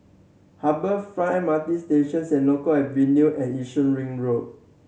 Harbour Front M R T Station Senoko Avenue and Yishun Ring Road